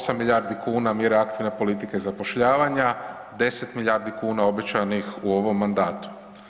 8 milijardi kuna mjera aktivne politike zapošljavanja, 10 milijardi kuna obećanih u ovom mandatu.